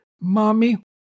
Mommy